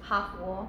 哈哈